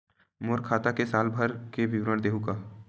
मोर खाता के साल भर के विवरण देहू का?